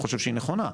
חושב שהיא נכונה,